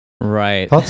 Right